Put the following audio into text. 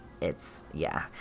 It's—yeah